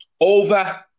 over